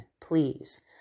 please